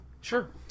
Sure